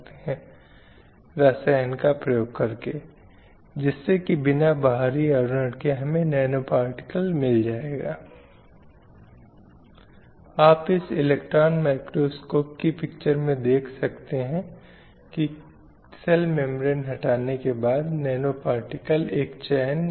अब बस खिलौने आदि के उदाहरण के रूप में जीवन के बहुत शुरुआत में व्यवहार के संबंध में अगर एक लड़की जोर से बात करती है या शायद एक बच्चा जोर से बात करता है अगर यह एक लड़की है तो परिवार हमेशा जोर देता है कि आपको नरम होना चाहिए